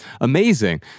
amazing